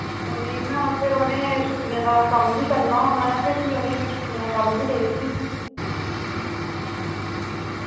उ'नें ना फिर उ'नें छुट्टियें दा कम्म बी करना होना ऐ ते फ्ही उ'नें मैं छुट्टियें दा कम्म वी देइड़गी